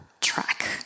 track